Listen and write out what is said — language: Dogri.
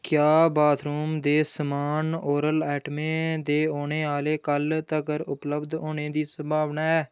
क्या बाथरूम दे समान ओरल आइटमें दे औने आह्ले कल्ल तक्कर उपलब्ध होने दी संभावना है